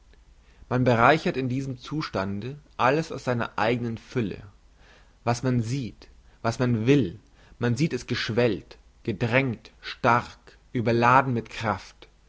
man bereichert in diesem zustande alles aus seiner eignen fülle was man sieht was man will man sieht es geschwellt gedrängt stark überladen mit kraft